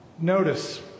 notice